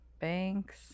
Banks